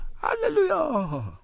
Hallelujah